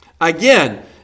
Again